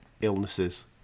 illnesses